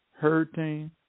hurting